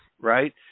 right